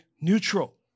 neutral